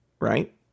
right